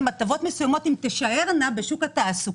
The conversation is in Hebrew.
הטבות מסוימות אם תישארנה בשוק התעסוקה,